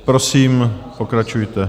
Prosím, pokračujte.